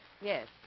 Yes